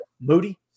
Moody